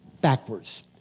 backwards